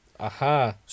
Aha